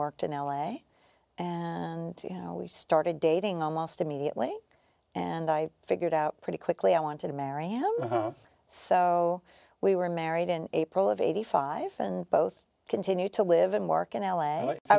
worked in l a and you know well we started dating almost immediately and i figured out pretty quickly i wanted to marry him so we were married in april of eighty five and both continued to live and work in l